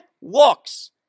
walks